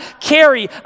carry